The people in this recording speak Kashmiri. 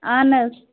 اہن حظ